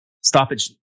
stoppage